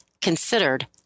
considered